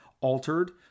altered